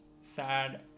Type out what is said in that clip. sad